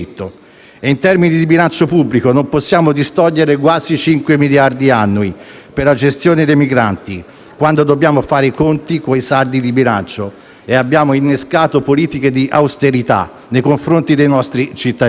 In termini di bilancio pubblico, non possiamo distogliere quasi 5 miliardi annui per la gestione dei migranti, quando dobbiamo fare i conti coi saldi di bilancio e abbiamo innescato politiche di austerità nei confronti dei nostri cittadini.